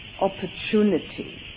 opportunity